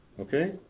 Okay